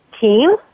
Team